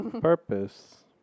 purpose